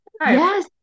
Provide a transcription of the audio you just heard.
Yes